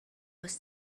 was